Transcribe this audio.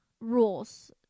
rules